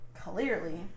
clearly